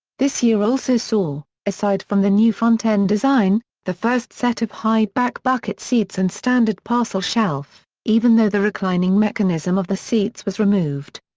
this year also saw, aside from the new front end design, the first set of high-back bucket seats and standard parcel shelf, even though the reclining mechanism of the seats was removed.